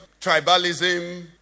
tribalism